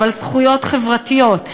אבל זכויות חברתיות.